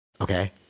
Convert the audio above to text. Okay